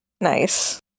Nice